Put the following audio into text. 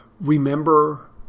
Remember